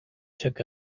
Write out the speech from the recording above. took